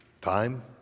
Time